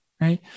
right